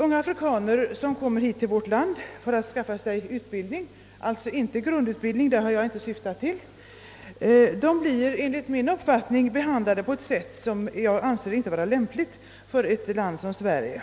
Unga afrikaner som kommer till vårt land för att skaffa sig utbildning — jag syftar inte här till grundutbildning — blir enligt min uppfattning behandlade på ett sätt som jag inte anser vara lämpligt för ett land som Sverige.